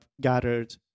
gathered